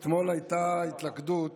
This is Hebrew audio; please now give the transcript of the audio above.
אתמול הייתה התלכדות